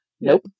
Nope